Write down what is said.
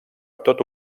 tota